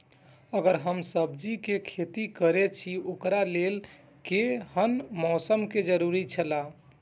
अगर हम सब्जीके खेती करे छि ओकरा लेल के हन मौसम के जरुरी छला?